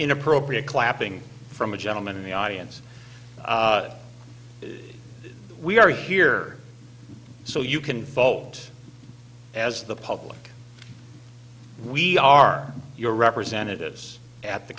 inappropriate clapping from a gentleman in the audience we are here so you can vote as the public we are your representatives at the